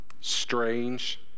strange